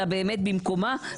אלא באמת במקומה.